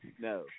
no